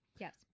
Yes